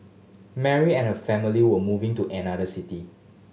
Mary and her family were moving to another city